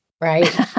right